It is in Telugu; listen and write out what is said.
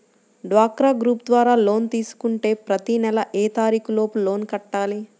డ్వాక్రా గ్రూప్ ద్వారా లోన్ తీసుకుంటే ప్రతి నెల ఏ తారీకు లోపు లోన్ కట్టాలి?